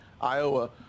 Iowa